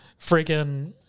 freaking